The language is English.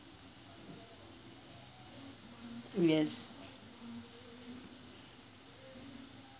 yes